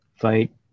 fight